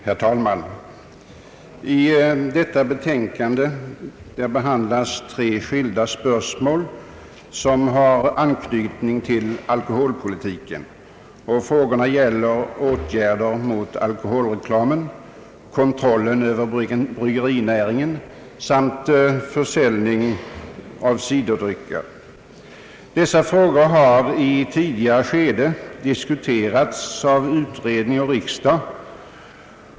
Herr talman! I detta betänkande behandlas tre skilda spörsmål som har anknytning till alkoholpolitiken, nämligen åtgärder mot alkoholreklamen, kontrollen över bryggerinäringen samt försäljningen av ciderdrycker. Dessa frågor har tidigare diskuterats i utredningar och i riksdagen.